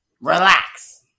relax